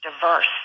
diverse